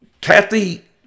Kathy